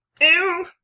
Ew